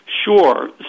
Sure